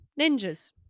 Ninjas